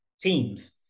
teams